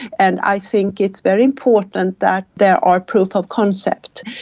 and i think it's very important that there are proof of concept.